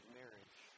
marriage